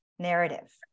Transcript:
narrative